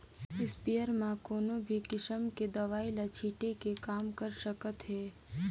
sprayer म कोनो भी किसम के दवई ल छिटे के काम कर सकत हे